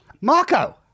Marco